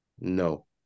no